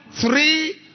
three